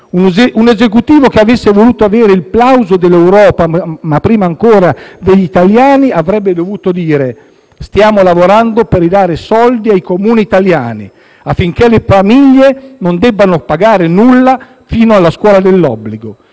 Un Esecutivo che avesse voluto avere il plauso dell'Europa, ma prima ancora degli italiani avrebbe dovuto dire: stiamo lavorando per ridare soldi ai Comuni italiani affinché le famiglie non debbano pagare nulla fino alla scuola dell'obbligo.